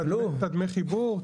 את הדמי חיבור,